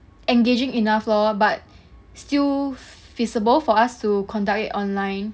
engaging enough lor but still feasible for us to conduct it online